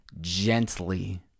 gently